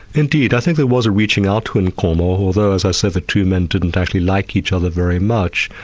indeed, i think there was a reaching out to nkomo, although as i say, the two men didn't actually like each other very much.